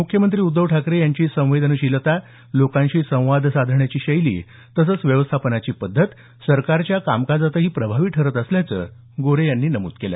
मुख्यमंत्री उद्धव ठाकरे यांची संवेनशीलता लोकांशी संवाद साधण्याची शैली तसंच व्यवस्थापनाची पद्धत सरकारच्या कामकाजातही प्रभावी ठरत असल्याचं गोऱ्हे यांनी नमूद केल